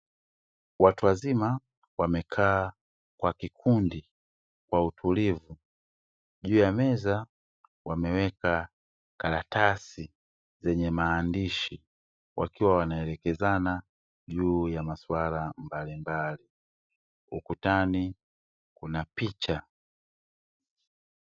Watu wazima wamekaa kwa kikundi kwa utulivu juu ya meza wameweka karatasi zenye maandishi wakiwa wanaelekezana juu ya maswala mbalimbali, ukutani kuna picha.